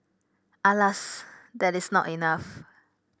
alas that is not enough